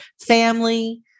family